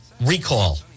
recall